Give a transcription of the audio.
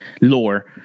lore